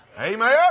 Amen